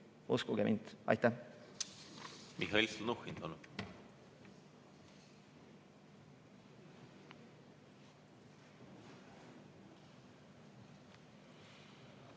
Uskuge mind! Aitäh!